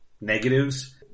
negatives